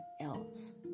else